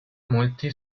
molti